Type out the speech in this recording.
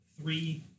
three